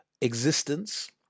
existence